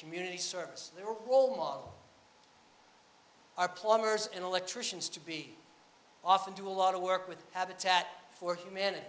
community service their role models are plumbers and electricians to be off and do a lot of work with habitat for humanity